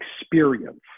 experience